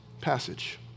passage